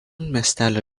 miestelio